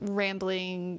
rambling